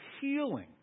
Healing